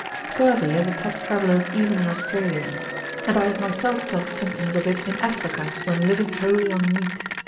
scurvy has attacked travellers even in australia and i have myself felt symptoms of it in africa, when living wholly on meat.